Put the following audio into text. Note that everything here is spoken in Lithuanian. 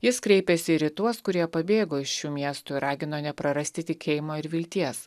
jis kreipėsi ir į tuos kurie pabėgo iš miestų ir ragino neprarasti tikėjimo ir vilties